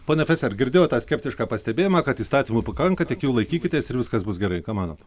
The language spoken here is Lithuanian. ponia feser girdėjot tą skeptišką pastebėjimą kad įstatymų pakanka tik jų laikykitės ir viskas bus gerai ką manot